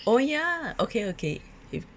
oh ya okay okay if